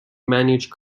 managed